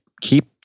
keep